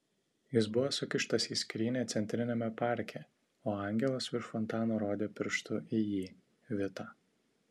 jis buvo sukištas į skrynią centriniame parke o angelas virš fontano rodė pirštu į jį vitą